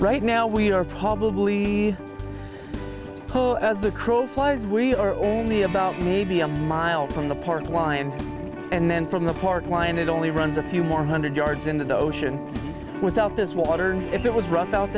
right now we are probably pole as the crow flies we are only about maybe a mile from the park lion and then from the park wind it only runs a few more hundred yards into the ocean without this water and if it was rough out